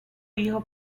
hijo